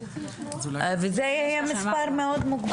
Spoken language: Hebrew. זה יהיה מספר מאוד מוגבל.